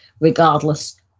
regardless